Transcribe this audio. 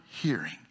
hearing